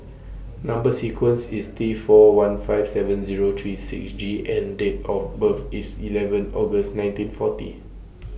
Number sequence IS T four one five seven Zero three six G and Date of birth IS eleven August nineteen forty